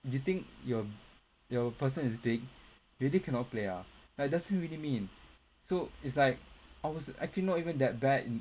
you think your your person is big really cannot play ah like that's really mean so it's like I was actually not even that bad